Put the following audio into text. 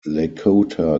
lakota